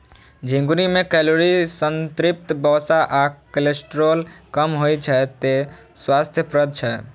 झिंगुनी मे कैलोरी, संतृप्त वसा आ कोलेस्ट्रॉल कम होइ छै, तें स्वास्थ्यप्रद छै